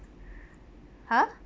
!huh!